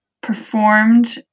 performed